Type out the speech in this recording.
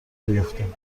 بیفتیم